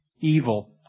evil